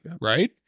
right